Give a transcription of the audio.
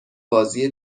بازی